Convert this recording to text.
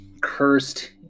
cursed